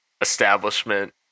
establishment